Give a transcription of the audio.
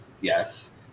Yes